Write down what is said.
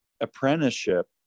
apprenticeship